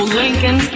lincoln